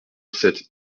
sept